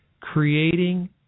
Creating